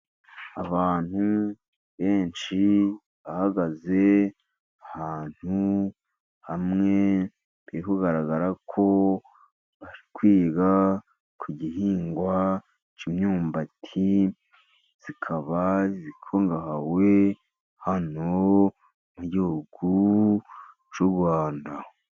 Abantu benshi bahagaze ahantu hamwe, biri kugaragara ko bari kwiga ku gihingwa cy'imyumbati. Ikaba ikungahaye hano mu gihugu cy'u Rwanda.